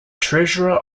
treasurer